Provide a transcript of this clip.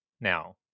now